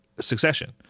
Succession